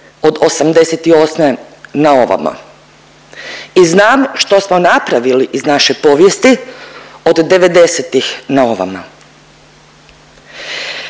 od '88. naovamo. I znam što smo napravili iz naše povijesti od 90-ih naovamo.